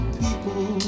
people